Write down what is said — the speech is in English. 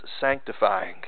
sanctifying